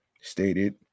stated